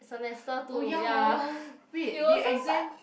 semester two ya you also start